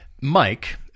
Mike